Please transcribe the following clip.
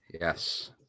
Yes